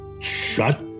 shut